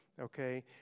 okay